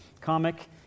comic